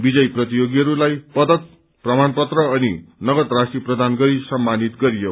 विजयी प्रतियोगीहरुलाई पदक प्रमाणपत्र अनि नगद राशि प्रदान गरी सम्पानित गरियो